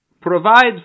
provide